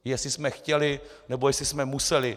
Jestli jsme chtěli, nebo jestli jsme museli.